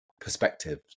perspective